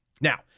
Now